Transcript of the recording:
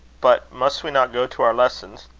but must we not go to our lessons?